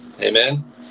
Amen